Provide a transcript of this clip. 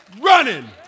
running